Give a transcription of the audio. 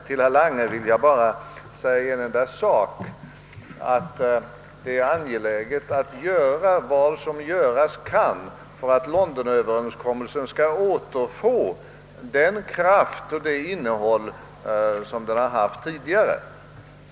Till herr Lange vill jag bara säga en enda sak, nämligen att det är angeläget att göra vad göras kan för att Londonöverenskommelsen skall återfå den kraft och det innehåll den tidigare haft.